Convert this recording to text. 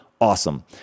awesome